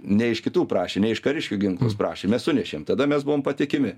ne iš kitų prašė ne iš kariškių ginklus prašėm sunešėm tada mes buvom patikimi